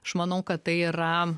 aš manau kad tai yra